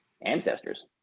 ancestors